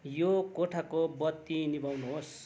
यो कोठाको बत्ती निभाउनुहोस्